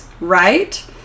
Right